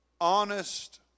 honest